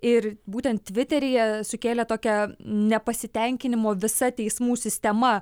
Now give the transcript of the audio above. ir būtent tviteryje sukėlė tokią nepasitenkinimo visa teismų sistema